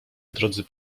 drodzy